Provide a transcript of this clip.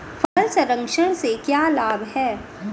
फल संरक्षण से क्या लाभ है?